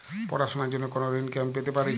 পড়াশোনা র জন্য কোনো ঋণ কি আমি পেতে পারি?